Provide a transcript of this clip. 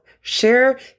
Share